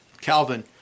Calvin